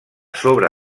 sobre